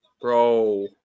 Bro